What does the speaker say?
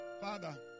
Father